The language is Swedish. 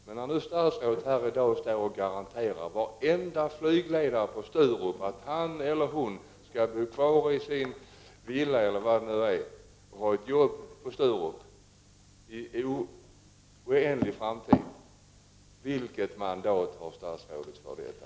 Vilket mandat har då statsrådet att kunna garantera att varenda flygledare skall kunna få bo kvar i sin villa och ha ett arbete på Sturup?